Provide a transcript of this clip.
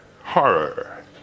horror